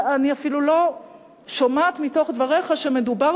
אני אפילו לא שומעת מתוך דבריך שמדובר